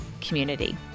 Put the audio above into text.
community